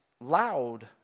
loud